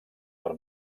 per